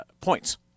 points